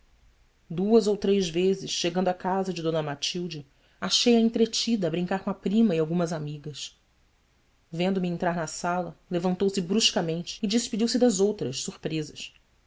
duas ou três vezes chegando à casa de d matilde achei-a entretida a brincar com a prima e algumas amigas vendo-me entrar na sala levantou-se bruscamente e despediu-se das outras surpresas